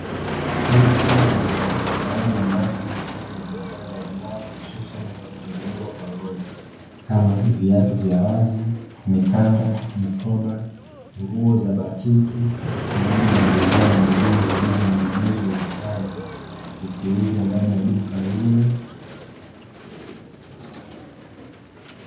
Soko dogo mahali ambapo uuzwaji wa bidhaa mbalimbali hususani zinazotengenezwa kwa ngozi kama viatu vya wazi, mikanda, mikoba, nguo za batiki pamoja na bidhaa nyingine zilizonging'inizwa ukutani zikiuzwa ndani ya duka hilo.